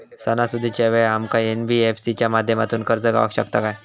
सणासुदीच्या वेळा आमका एन.बी.एफ.सी च्या माध्यमातून कर्ज गावात शकता काय?